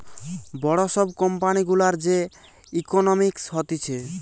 বড় সব কোম্পানি গুলার যে ইকোনোমিক্স হতিছে